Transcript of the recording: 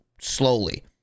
slowly